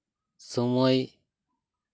ᱥᱚᱢᱚᱭ